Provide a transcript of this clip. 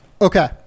Okay